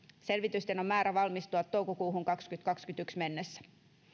selvitysten on määrä valmistua toukokuuhun kaksituhattakaksikymmentäyksi mennessä